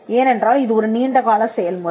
ஏனென்றால் இது ஒரு நீண்ட கால செயல்முறை